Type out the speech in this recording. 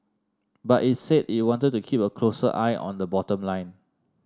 but it's said it wanted to keep a closer eye on the bottom line